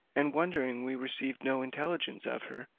and wondering we received no intelligence of her,